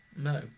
No